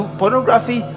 pornography